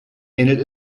ähnelt